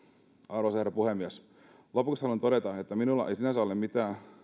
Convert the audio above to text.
arvoisa herra puhemies lopuksi haluan todeta että minulla ei sinänsä ole mitään